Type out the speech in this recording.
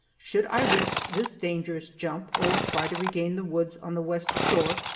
should i risk this dangerous jump, or try to regain the woods on the west shore,